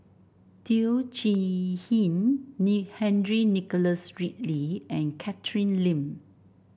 Teo Chee Hean Henry Nicholas Ridley and Catherine Lim